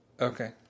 Okay